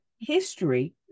history